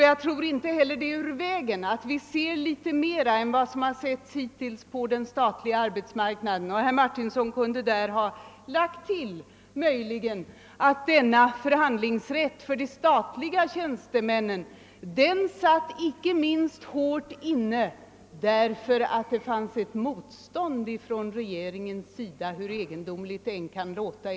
Jag tror inte heller att det är ur vägen att vi ser litet mera än vad man hittills har gjort på den statliga arbetsmarknaden. Herr Martinsson kunde i detta avseende möjligen ha tillfogat att förhandlingsrätten för de statliga tjänstemännen satt hårt inne, inte minst därför att det fanns ett motstånd från regeringens sida på den punkten, hur egendomligt det än kan låta.